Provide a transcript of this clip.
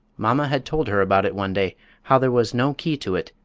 mamma had told her about it one day how there was no key to it,